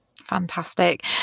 Fantastic